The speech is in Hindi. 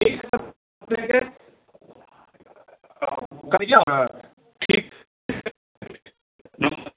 ठीक है ठीक ठीक